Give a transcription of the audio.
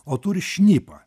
o turi šnipą